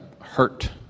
hurt